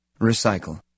Recycle